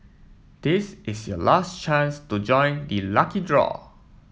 this is your last chance to join the lucky draw